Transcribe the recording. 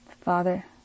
Father